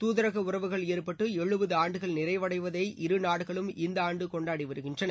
தூதரக உறவுகள் ஏற்பட்டு எழுபது ஆண்டுகள் நிறைவடைவதை இருநாடுகளும் இந்த ஆண்டு கொண்டாடி வருகின்றன